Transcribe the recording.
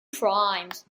primes